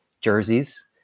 jerseys